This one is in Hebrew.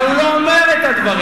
אבל הוא לא אומר את הדברים.